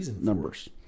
numbers